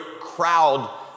crowd